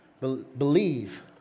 believe